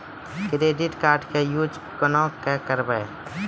Credit card के use कोना के करबऽ?